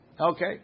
Okay